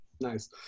nice